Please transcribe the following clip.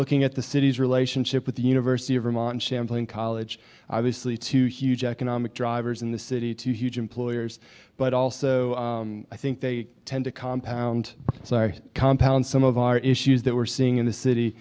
looking at the city's relationship with the university of vermont champlain college obviously two huge economic drivers in the city two huge employers but also i think they tend to compound so our compound some of our issues that we're seeing in the